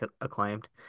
acclaimed